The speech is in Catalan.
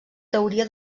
teoria